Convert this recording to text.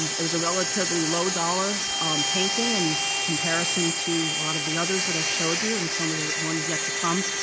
it was a relatively low dollar painting in and comparison to a lot of the others that i've showed you and some of the ones yet to come.